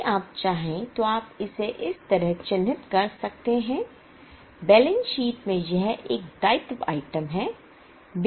यदि आप चाहें तो आप इसे इस तरह चिह्नित कर सकते हैं बैलेंस शीट में यह एक दायित्व आइटम है